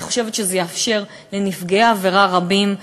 אני חושבת שזה יאפשר לנפגעי עבירה רבים,